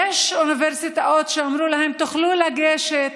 ויש אוניברסיטאות שאמרו להם: תוכלו לגשת,